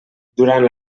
durant